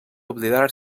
oblidar